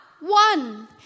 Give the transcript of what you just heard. one